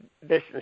business